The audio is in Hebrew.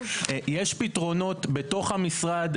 יש פתרונות בתו המשרד,